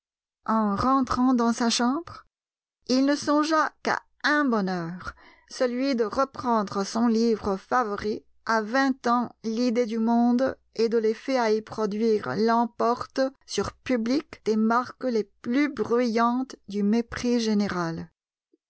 en rentrant dans sa chambre il ne songea qu'à un bonheur celui de reprendre son livre favori à vingt ans l'idée du monde et de l'effet à y produire l'emporte sur public des marques les plus bruyantes du mépris général